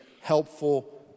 helpful